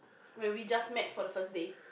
when we just met for the first day